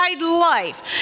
life